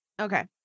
Okay